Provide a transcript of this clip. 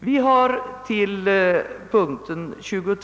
under denna rubrik.